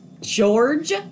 George